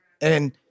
And-